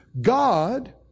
God